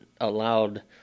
allowed